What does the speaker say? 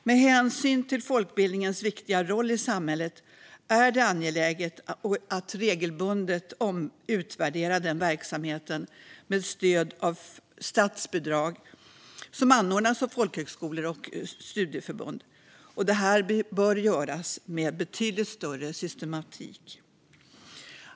Med hänsyn till folkbildningens viktiga roll i samhället är det angeläget att regelbundet utvärdera den verksamheten med stöd av statsbidrag som anordnas av folkhögskolor och studieförbund. Det bör göras med betydligt större systematik.